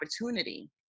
opportunity